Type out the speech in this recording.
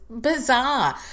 bizarre